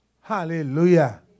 Hallelujah